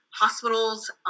hospitals